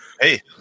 Hey